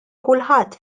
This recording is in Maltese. kulħadd